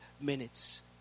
minutes